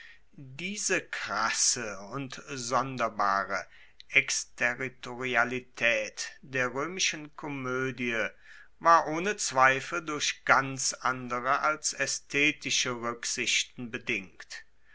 diese krasse und sonderbare exterritorialitaet der roemischen komoedie war ohne zweifel durch ganz andere als aesthetische ruecksichten bedingt